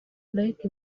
riek